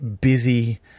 busy